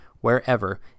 wherever